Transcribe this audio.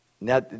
Now